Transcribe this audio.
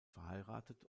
verheiratet